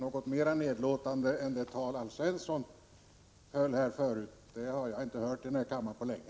Något mera nedlåtande än det anförande Alf Svensson höll här förut har jag inte hört på länge.